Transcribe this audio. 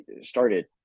started